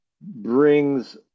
brings